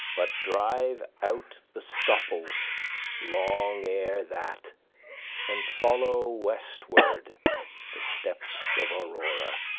but drive out the stopples long ere that and follow westward the steps of aurora.